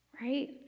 right